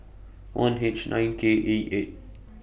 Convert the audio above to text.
one H nine K A eight